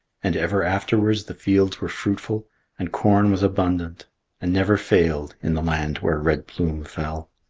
and ever afterwards the fields were fruitful and corn was abundant and never failed in the land where red plume fell.